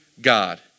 God